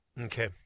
Okay